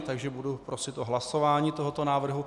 Takže budu prosit o hlasování tohoto návrhu.